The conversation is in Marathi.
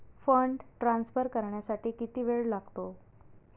फंड ट्रान्सफर करण्यासाठी किती वेळ लागतो?